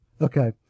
Okay